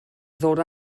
ddod